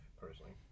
personally